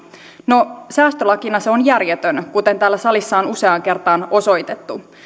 no säästölakina se on järjetön kuten täällä salissa on useaan kertaan osoitettu